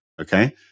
Okay